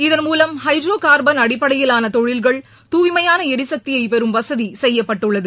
இதன் மூலம் hydrocarbon அடிப்படையிலான தொழில்கள் தூய்மையான எரிசக்தியை பெறும் வசதி செய்யப்பட்டுள்ளது